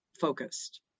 focused